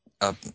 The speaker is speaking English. up